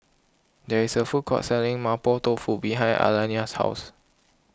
there is a food court selling Mapo Tofu behind Aliana's house